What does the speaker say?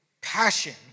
passion